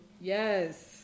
Yes